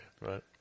Right